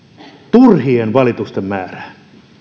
turhien valitusten määrää